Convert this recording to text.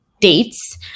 dates